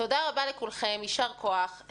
תודה רבה לכולכם וישר כוח.